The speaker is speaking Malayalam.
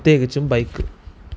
പ്രത്യേകിച്ചും ബൈക്ക്